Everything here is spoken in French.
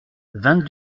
vingt